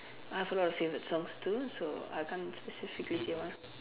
I have a lot of favourite songs too so I can't specifically say one